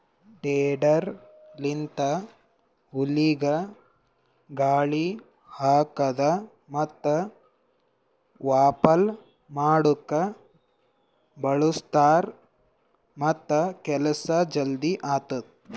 tedder ಲಿಂತ ಹುಲ್ಲಿಗ ಗಾಳಿ ಹಾಕದ್ ಮತ್ತ ವಾಫಲ್ ಮಾಡುಕ್ ಬಳ್ಸತಾರ್ ಮತ್ತ ಕೆಲಸ ಜಲ್ದಿ ಆತ್ತುದ್